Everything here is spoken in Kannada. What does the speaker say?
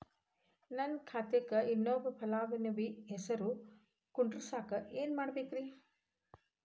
ನನ್ನ ಖಾತೆಕ್ ಇನ್ನೊಬ್ಬ ಫಲಾನುಭವಿ ಹೆಸರು ಕುಂಡರಸಾಕ ಏನ್ ಮಾಡ್ಬೇಕ್ರಿ?